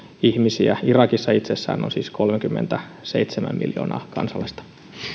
ihmisiä irakissa itsessään on siis kolmekymmentäseitsemän miljoonaa kansalaista